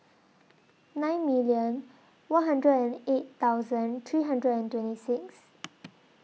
nine million one hundred and eight thousand three hundred and twenty six